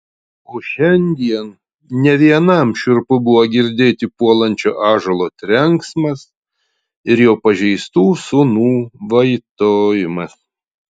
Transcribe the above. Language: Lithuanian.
o šiandien ne vienam šiurpu buvo girdėti puolančio ąžuolo trenksmas ir jo pažeistų sūnų vaitojimas